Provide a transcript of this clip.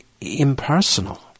impersonal